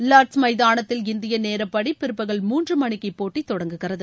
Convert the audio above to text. Lord's மைதானத்தில் இந்திய நேரப்படி பிற்பகல் மூன்று மணிக்கு இப்போட்டி தொடங்குகிறது